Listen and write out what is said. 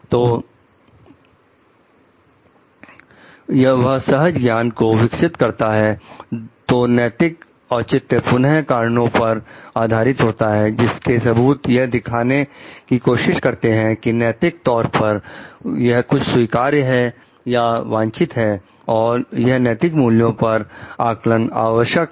तो वह सहज ज्ञान को विकसित करता है दो नैतिक औचित्य पुनः कारणों पर आधारित होता है जिसके सबूत यह दिखाने की कोशिश करते हैं कि नैतिक तौर पर कुछ स्वीकार्य है या वांछित है और यह नैतिक मूल्यों का आकलन आवश्यक है